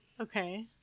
Okay